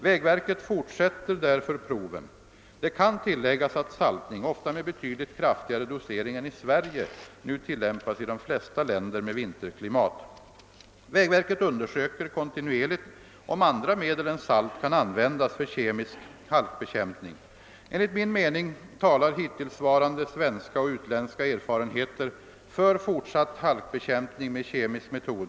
Vägverket fortsätter därför proven. Det kan tilläggas att saltning — ofta med betydligt kraftigare dosering än i Sverige — nu tillämpas i de flesta länder med vinterklimat. Vägverket undersöker kontinuerligt om andra medel än salt kan användas för kemisk halkbekämpning. Enligt min mening talar hittillsvarande svenska och utländska erfarenheter för fortsatt halkbekämpning med kemisk metod.